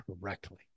correctly